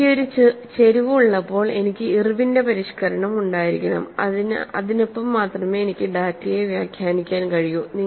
എനിക്ക് ഒരു ചരിവ് ഉള്ളപ്പോൾ എനിക്ക് ഇർവിന്റെ പരിഷ്ക്കരണം ഉണ്ടായിരിക്കണം അതിനൊപ്പം മാത്രമേ എനിക്ക് ഡാറ്റയെ വ്യാഖ്യാനിക്കാൻ കഴിയൂ